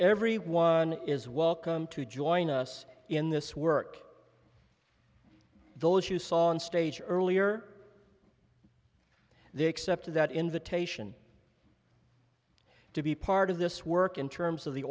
everyone is welcome to join us in this work those you saw on stage earlier they accept that invitation to be part of this work in terms of the